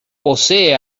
posee